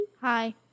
Hi